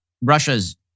Russia's